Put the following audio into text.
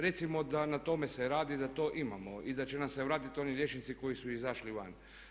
Recimo da na tome se radi, da to imamo i da će nam se vratiti oni liječnici koji su izašli van.